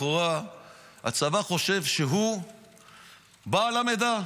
לכאורה הצבא חושב שהוא בעל המידע.